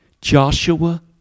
Joshua